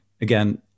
again